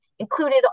included